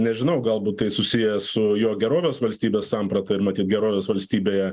nežinau galbūt tai susiję su jo gerovės valstybės samprata ir matyt gerovės valstybėje